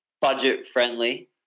budget-friendly